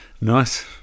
Nice